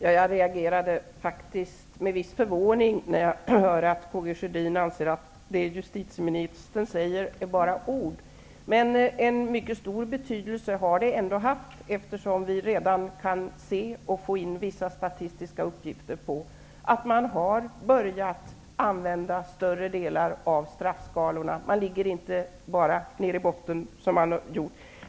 Herr talman! Jag reagerade med viss förvåning när jag fick höra att Karl Gustaf Sjödin anser att det justitieministern säger bara är ord. Det har ändå haft en mycket stor betydelse eftersom vi redan kan se i statistiska uppgifter som vi börjat få in att man har börjat använda större delar av straffskalorna. Man ligger inte bara nere i botten som man gjort tidigare.